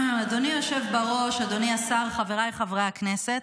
אדוני היושב בראש, אדוני השר, חבריי חברי הכנסת,